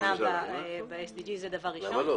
למה לא?